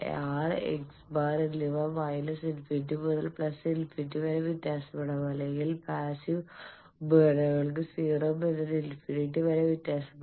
R x̄ എന്നിവ minus infinity മുതൽ plus infinity വരെ വ്യത്യാസപ്പെടാം അല്ലെങ്കിൽ പാസ്സീവ് ഉപകരണങ്ങൾക്ക് 0 മുതൽ ഇൻഫിനിറ്റി വരെ വ്യത്യാസപ്പെടാം